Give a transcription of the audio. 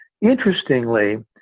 Interestingly